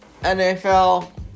NFL